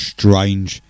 Strange